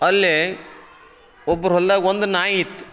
ಅಲ್ಲಿ ಒಬ್ರ ಹೊಲ್ದಾಗ ಒಂದು ನಾಯಿ ಇತ್ತು